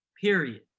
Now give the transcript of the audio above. period